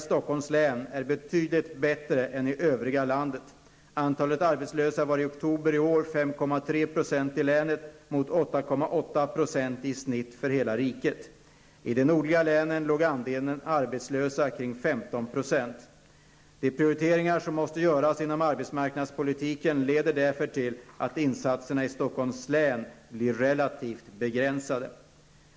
Stockholms län är betydligt bättre än i övriga landet. Antalet arbetslösa var i oktober i år 5,3 % i länet mot 8,8 % i snitt för hela riket. I de nordliga länen låg andelen arbetslösa kring 15 %. De prioriteringar som måste göras inom arbetsmarknadspolitiken leder därför till att insatserna i Stockholms län blir relativt begränsade.